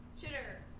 Chitter